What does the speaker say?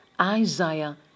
Isaiah